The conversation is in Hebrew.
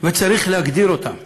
וצריך להגדיר אותם: